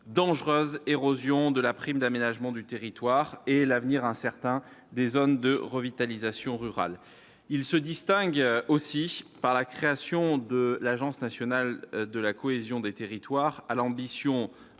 dangereuse érosion de la prime d'aménagement du territoire et l'avenir incertain des zones de revitalisation rurale, il se distingue aussi par la création de l'Agence nationale de la cohésion des territoires à l'ambition